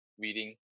reading